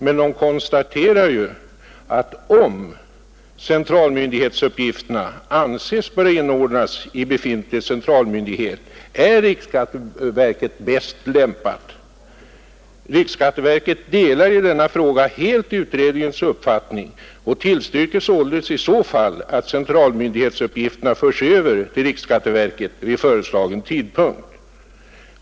Men verket konstaterar ju också att om centralmyndighetsuppgifterna anses böra inordnas i befintlig centralmyndighet är riksskatteverket bäst lämpat. Riksskatteverket fortsätter: ”RSV delar i denna fråga helt utredningens uppfattning och tillstyrker således i så fall att centralmyndighetsuppgifterna förs över till RSV vid föreslagen tidpunkt.